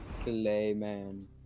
Clayman